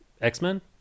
X-Men